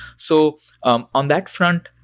so um on that front,